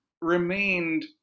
remained